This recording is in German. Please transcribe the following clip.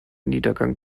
niedergang